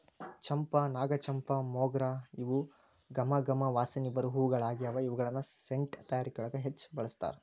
ಚಂಪಾ, ನಾಗಚಂಪಾ, ಮೊಗ್ರ ಇವು ಗಮ ಗಮ ವಾಸನಿ ಬರು ಹೂಗಳಗ್ಯಾವ, ಇವುಗಳನ್ನ ಸೆಂಟ್ ತಯಾರಿಕೆಯೊಳಗ ಹೆಚ್ಚ್ ಬಳಸ್ತಾರ